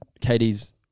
Katie's